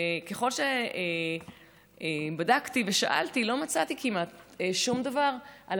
ככל שבדקתי ושאלתי לא מצאתי כמעט שום דבר על